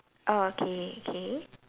oh okay okay